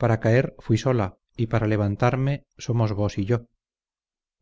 para caer fuí sola y para levantarme somos vos y yo